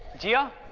jia!